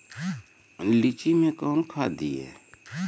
लीची मैं कौन खाद दिए?